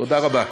תודה רבה.